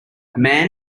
man